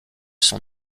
son